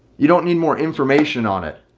you don't need more information on it.